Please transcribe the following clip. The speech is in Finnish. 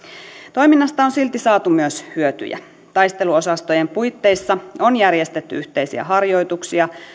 toiminnasta on silti saatu myös hyötyjä taisteluosastojen puitteissa on järjestetty yhteisiä harjoituksia